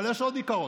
אבל יש עוד עיקרון,